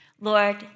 Lord